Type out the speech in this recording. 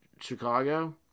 Chicago